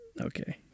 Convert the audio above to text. Okay